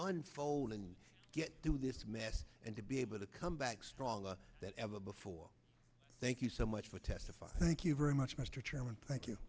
unfold and get through this mess and to be able to come back stronger than ever before thank you so much for testify thank you very much mr chairman thank you